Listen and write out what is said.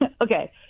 okay